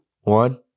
one